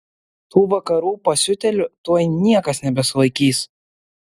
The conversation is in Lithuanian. tų vakarų pasiutėlių tuoj niekas nebesulaikys